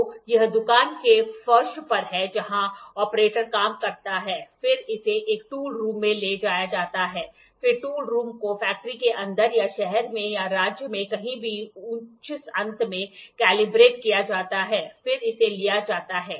तो यह दुकान के फर्श पर है जहां ऑपरेटर काम करता है फिर इसे एक टूल रूम में ले जाया जाता है फिर टूल रूम को फैक्ट्री के अंदर या शहर में या राज्य में कहीं भी उच्च अंत में कैलिब्रेट किया जाता है फिर इसे लिया जाता है